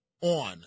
on